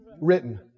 written